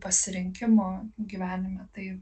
pasirinkimo gyvenime tai